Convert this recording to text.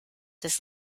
this